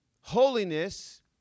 holiness